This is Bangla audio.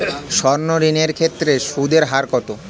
সর্ণ ঋণ এর ক্ষেত্রে সুদ এর হার কত?